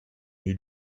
new